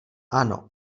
ano